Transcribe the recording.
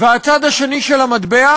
והצד השני של המטבע,